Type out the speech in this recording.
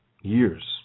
Years